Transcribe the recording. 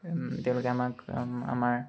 তেওঁলোকে আমাক আমাৰ